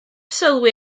sylwi